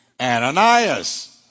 Ananias